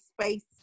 space